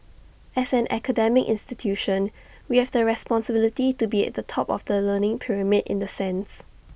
as an academic institution we have the responsibility to be at the top of the learning pyramid in the sense